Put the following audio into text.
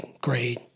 great